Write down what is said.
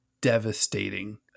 devastating